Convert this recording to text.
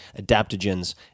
adaptogens